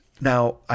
Now